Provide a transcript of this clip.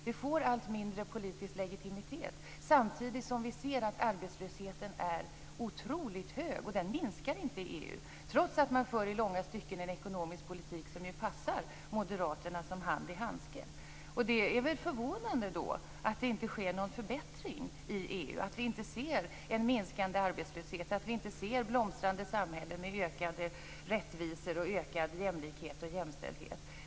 Det får allt mindre politisk legitimitet samtidigt som vi ser att arbetslösheten är otroligt hög. Den minskar inte i EU, trots att man i långa stycken för en ekonomisk politik som passar moderaterna som hand i handske. Det är förvånande att det då inte sker någon förbättring i EU, att vi inte ser en minskande arbetslöshet, att vi inte ser blomstrande samhällen med ökad rättvisa, ökad jämlikhet och jämställdhet.